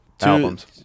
albums